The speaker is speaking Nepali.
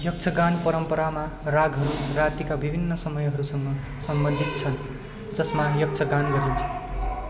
यक्ष गान परम्परामा रागहरू रातिका विभिन्न समयहरूसँग सम्बन्धित छन् जसमा यक्ष गान गरिन्छ